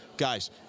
Guys